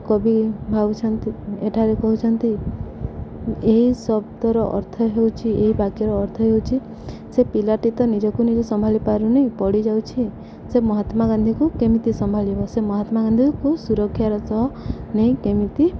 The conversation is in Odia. କବି ଭାବୁଛନ୍ତି ଏଠାରେ କହୁଛନ୍ତି ଏହି ଶବ୍ଦର ଅର୍ଥ ହେଉଛି ଏହି ବାକ୍ୟର ଅର୍ଥ ହେଉଛି ସେ ପିଲାଟି ତ ନିଜକୁ ନିଜେ ସମ୍ଭାଳି ପାରୁନି ପଡ଼ି ଯାଉଛି ସେ ମହାତ୍ମା ଗାନ୍ଧୀକୁ କେମିତି ସମ୍ଭାଳିବ ସେ ମହାତ୍ମା ଗାନ୍ଧୀକୁ ସୁରକ୍ଷାର ସହ ନେଇ କେମିତି